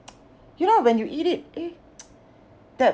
you know when you eat it eh that